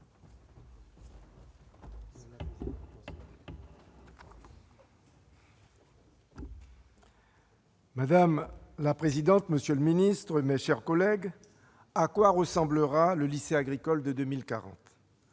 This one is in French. Madame la présidente, monsieur le ministre, mes chers collègues, à quoi ressemblera le lycée agricole de 2040 ?